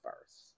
first